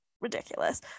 ridiculous